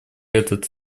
этот